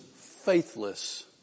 faithless